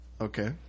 Okay